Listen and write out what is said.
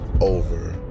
over